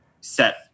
set